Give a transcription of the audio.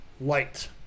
light